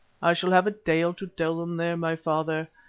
i shall have a tale to tell them there, my father,